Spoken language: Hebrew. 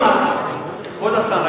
כבוד השר,